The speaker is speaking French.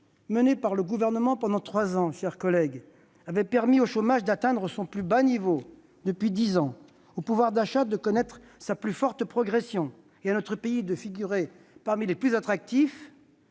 menées par le Gouvernement pendant trois ans avaient permis au chômage d'atteindre son plus bas niveau depuis dix ans, au pouvoir d'achat de connaître sa plus forte progression et à notre pays de figurer parmi les plus attractifs